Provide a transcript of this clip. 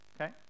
okay